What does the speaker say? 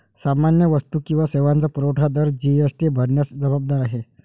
सामान्य वस्तू किंवा सेवांचा पुरवठादार जी.एस.टी भरण्यास जबाबदार आहे